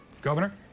governor